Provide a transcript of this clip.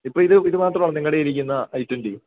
ഇപ്പോൾ ഇത് ഇത് മാത്രമേ നിങ്ങടെയിൽ ഇരിക്കുന്നത് ഐ ട്വൻറ്റി